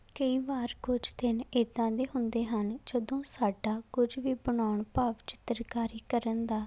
ਕਈ ਵਾਰ ਕੁਛ ਦਿਨ ਇੱਦਾਂ ਦੇ ਹੁੰਦੇ ਹਨ ਜਦੋਂ ਸਾਡਾ ਕੁਝ ਵੀ ਬਣਾਉਣ ਭਾਵ ਚਿੱਤਰਕਾਰੀ ਕਰਨ ਦਾ